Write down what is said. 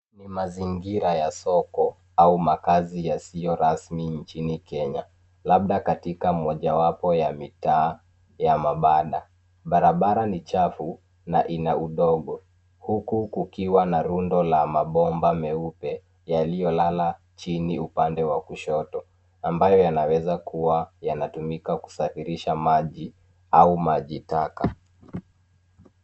Ni mazingira ya soko au makazi yasiyo rasmi nchini Kenya, labda katika mojawapo ya mitaa ya mabanda. Barabara ni chafu na ina udogo huku kukiwa na rundo la mabomba meupe yaliyo lala chini upande wa kushoto, ambayo yanaweza kuwa yanatumika kusafirisha maji au maji taka.